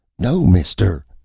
no, mister!